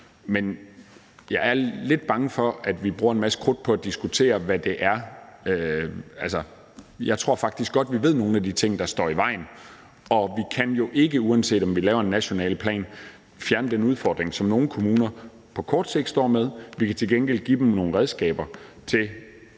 Men jeg er lidt bange for, at vi bruger en masse krudt på at diskutere, hvad det er, der står i vejen. Jeg tror faktisk godt, vi ved, hvad nogle af de ting, der står i vejen, er, og vi kan jo ikke, uanset om vi laver en national plan, fjerne den udfordring, som nogle kommuner på kort sigt står med. Vi kan til gengæld give dem nogle redskaber til